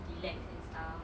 relax and stuff